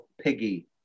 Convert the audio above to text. Piggy